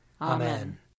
Amen